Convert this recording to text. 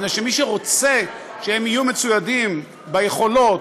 מפני שמי שרוצה שהם יהיו מצוידים ביכולות,